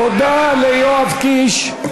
תודה ליואב קיש.